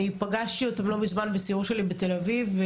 אני פגשתי אותם לא מזמן בסיור שלי בתל אביב.